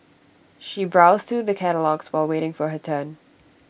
she browsed through the catalogues while waiting for her turn